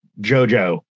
Jojo